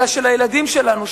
אלא של הילדים שלנו,